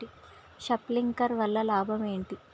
Sprinkler వల్ల లాభం ఏంటి?